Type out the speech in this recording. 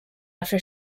after